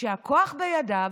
כשהכוח בידיו,